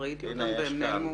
הנה יש כאן.